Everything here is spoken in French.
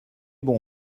bon